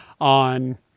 on